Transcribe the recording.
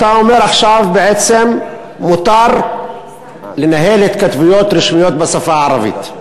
אתה אומר עכשיו בעצם: מותר לנהל התכתבויות רשמיות בשפה הערבית.